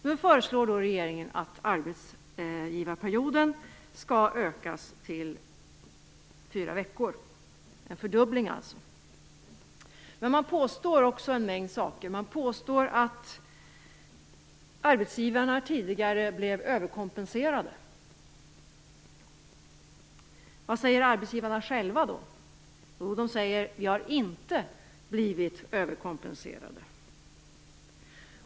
Nu föreslår regeringen att arbetsgivarperioden skall utökas till fyra veckor, dvs. en fördubbling. Man påstår att arbetsgivarna tidigare blev överkompenserade. Vad säger då arbetsgivarna själva? Jo, de säger att de inte har blivit överkompenserade.